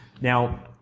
Now